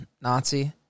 Nazi